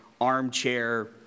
armchair